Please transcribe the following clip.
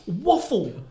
waffle